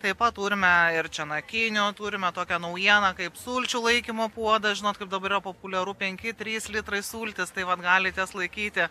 taip pat turime ir česnakinių turime tokią naujieną kaip sulčių laikymo puodą žinot kaip dabar populiaru penki trys litrai sultys tai vat galite laikyti